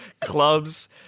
clubs